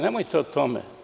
Nemojte o tome.